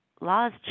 laws